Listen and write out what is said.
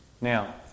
Now